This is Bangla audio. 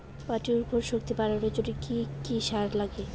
মাটির উর্বর শক্তি বাড়ানোর জন্য কি কি সার লাগে?